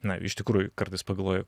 na iš tikrųjų kartais pagalvoju